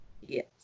Yes